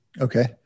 Okay